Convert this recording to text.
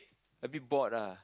a bit bored lah